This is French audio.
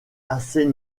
assez